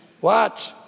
Watch